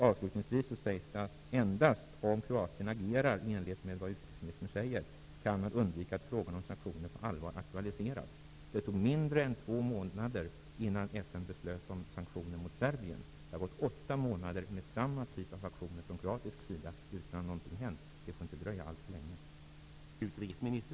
Avslutningsvis säger utrikesministern att endast om kroaterna agerar i enlighet med vad utrikesministern säger kan man undvika att frågan om sanktioner på allvar aktualiseras. Det tog mindre än två månader för FN att besluta om sanktioner mot Serbien. Det har gått åtta månader med samma typ av aktioner från kroatisk sida utan att någonting har hänt. Det får inte dröja alltför länge.